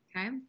Okay